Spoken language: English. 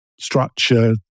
structure